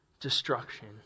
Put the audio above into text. destruction